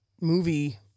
movie